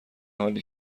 حالی